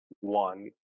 one